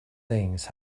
things